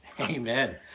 Amen